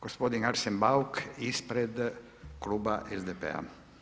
Gospodin Arsen Bauk, ispred Kluba SDP-a.